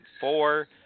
Four